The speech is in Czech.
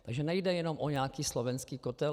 Takže nejde jenom o nějaký slovenský kotel.